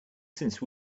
since